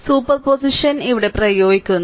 superposition ഇവിടെ പ്രയോഗിക്കുന്നു